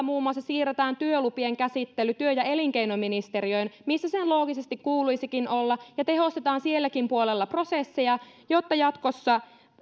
muun muassa siirretään työlupien käsittely työ ja elinkeinoministeriöön missä sen loogisesti kuuluisikin olla ja tehostetaan silläkin puolella prosesseja jotta jatkossa